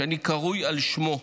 שאני קרוי על שמו,